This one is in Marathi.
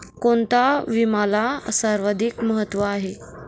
कोणता विम्याला सर्वाधिक महत्व आहे?